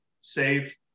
save